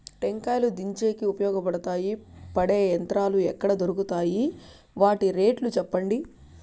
టెంకాయలు దించేకి ఉపయోగపడతాయి పడే యంత్రాలు ఎక్కడ దొరుకుతాయి? వాటి రేట్లు చెప్పండి?